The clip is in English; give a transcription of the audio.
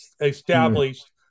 established